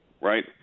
Right